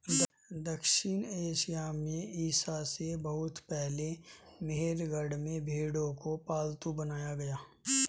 दक्षिण एशिया में ईसा से बहुत पहले मेहरगढ़ में भेंड़ों को पालतू बनाया गया